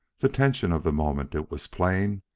the tension of the moment, it was plain,